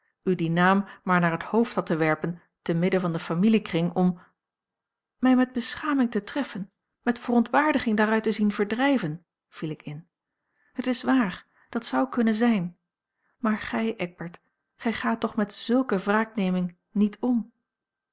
u dien naam maar naar het hoofd had te werpen te midden van den familiekring om mij met beschaming te treffen met verontwaardiging daaruit te zien verdrijven viel ik in het is waar dat zou kunnen zijn maar gij eckbert gij gaat toch met zulke wraakneming niet om